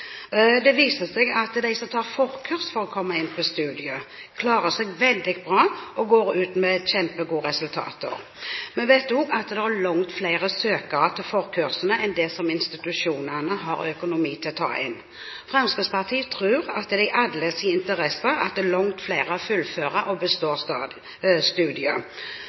Det viser seg at de som tar forkurs for å komme inn på studiet, klarer seg veldig bra og går ut med kjempegode resultater. Vi vet også at det er langt flere søkere til forkursene enn det institusjonene har økonomi til å ta inn. Fremskrittspartiet tror at det er i alles interesse at langt flere fullfører og